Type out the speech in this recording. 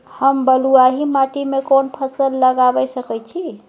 हम बलुआही माटी में कोन फसल लगाबै सकेत छी?